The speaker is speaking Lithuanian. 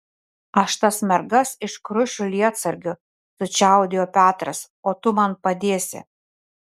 aš tas mergas iškrušiu lietsargiu sučiaudėjo petras o tu man padėsi